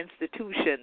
institutions